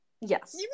Yes